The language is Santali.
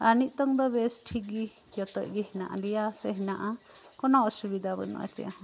ᱟᱨ ᱱᱤᱛᱚᱝ ᱫᱚ ᱵᱮᱥ ᱴᱷᱤᱠ ᱜᱮ ᱡᱚᱛᱚᱡ ᱜᱮ ᱦᱮᱱᱟᱜ ᱞᱮᱭᱟ ᱥᱮ ᱦᱮᱱᱟᱜᱼᱟ ᱠᱚᱱᱳ ᱚᱥᱩᱵᱤᱫᱟ ᱵᱟᱱᱩᱜᱼᱟ ᱪᱮᱫ ᱦᱚᱸ